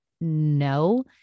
No